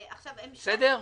בסדר?